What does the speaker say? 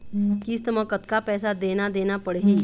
किस्त म कतका पैसा देना देना पड़ही?